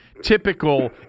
typical